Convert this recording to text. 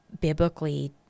biblically